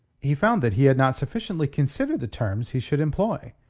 he found that he had not sufficiently considered the terms he should employ,